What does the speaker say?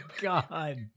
God